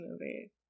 movie